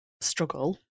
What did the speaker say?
struggle